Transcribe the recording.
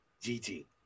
Gigi